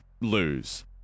lose